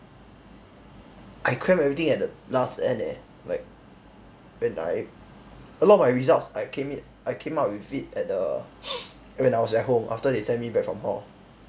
I cramp everything at the last end eh like when I a lot of my results I came in I came up with it at the when I was at home after they send me back from hall